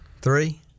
three